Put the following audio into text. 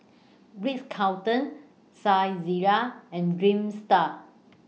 Ritz Carlton Saizeriya and Dreamster